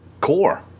core